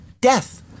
death